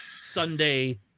Sunday